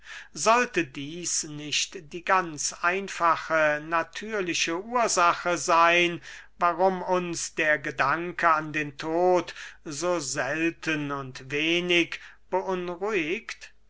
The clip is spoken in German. sollte dieß nicht die ganz einfache natürliche ursache seyn warum uns der gedanke an den tod so selten und wenig beunruhigt